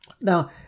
now